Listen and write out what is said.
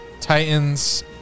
Titans